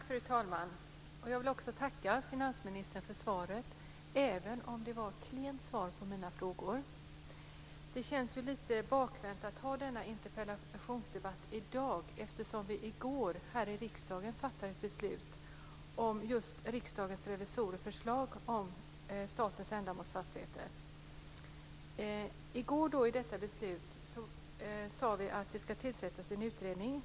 Fru talman! Jag vill tacka finansministern för svaret, även om det var ett klent svar på mina frågor. Det känns lite bakvänt att ha denna interpellationsdebatt i dag, eftersom vi i går här i riksdagen fattade ett beslut om just Riksdagens revisorers förslag om statens ändamålsfastigheter. Gårdagens beslut innebär att det ska tillsättas en utredning.